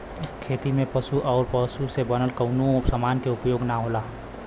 खेती में पशु आउर पशु से बनल कवनो समान के उपयोग ना होला